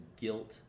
guilt